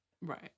Right